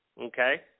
Okay